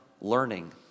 learning